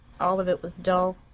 all of it was dull.